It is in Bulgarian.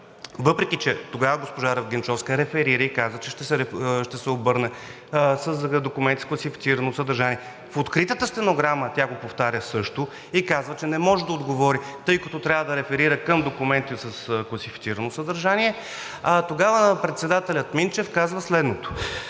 въпреки че тогава госпожа Генчовска реферира и каза, че ще се обърне с документи с класифицирано съдържание. В откритата стенограма тя също го повтаря и казва, че не може да отговори, тъй като трябва да реферира към документи с класифицирано съдържание. Тогава председателят Минчев каза следното,